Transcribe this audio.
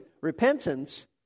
repentance